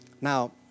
Now